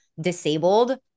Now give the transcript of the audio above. disabled